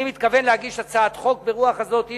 אני מתכוון להגיש הצעת חוק ברוח הזאת.